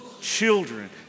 children